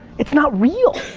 it's not real.